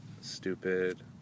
stupid